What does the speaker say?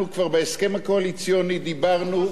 אנחנו כבר בהסכם הקואליציוני דיברנו,